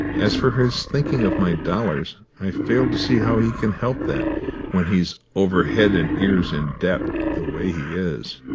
as for his thinking of my dollars, i fail to see how he can help that when he's over head and ears in debt, the way he is.